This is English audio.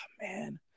man